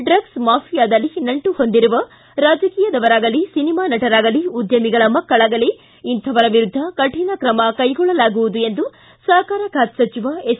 ಡ್ರಗ್ಲ್ ಮಾಫಿಯಾದಲ್ಲಿ ನಂಟು ಹೊಂದಿರುವ ರಾಜಕೀಯದವರಾಗಲಿ ಸಿನಿಮಾ ನಟರಾಗಲಿ ಉದ್ದಮಿಗಳ ಮಕ್ಕಳಾಗಲಿ ಇಂಥವರ ವಿರುದ್ದ ಕಠಿಣ ಕ್ರಮ ಕೈಗೊಳ್ಳಲಾಗುವುದು ಎಂದು ಸಹಕಾರ ಖಾತೆ ಸಚಿವ ಎಸ್